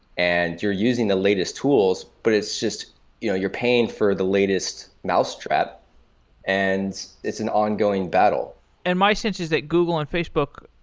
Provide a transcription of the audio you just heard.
and you're using the latest tools, but it's just you know you're paying for the latest mousetrap and it's an ongoing battle and my sense is that google and facebook,